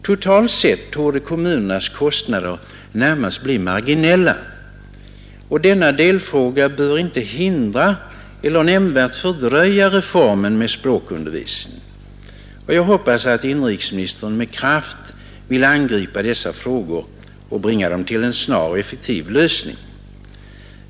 Totalt sett torde kommunernas kostnader närmast bli marginella. Denna delfråga bör inte hindra eller nämnvärt fördröja reformen med språkundervisningen. Jag hoppas att inrikesministern med kraft angriper dessa frågor och bringar dem till en snar och effektiv lösning.